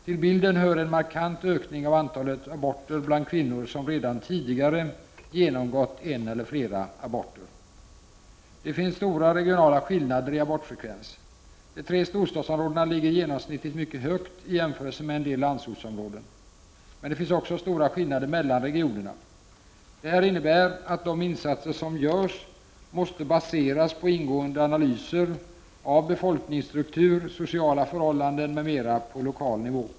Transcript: Till bilden hör en markant ökning av antalet aborter bland kvinnor som redan tidigare genomgått en eller flera aborter. Det finns stora regionala skillnader i abortfrekvens. De tre storstadsområdena ligger genomsnittligt mycket högt i jämförelse med en del landsortsområden. Men det finns också stora skillnader mellan regionerna. Det här innebär att de insatser som görs måste baseras på ingående analyser av befolkningsstruktur, sociala förhållanden m.m. på lokal nivå.